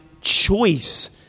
choice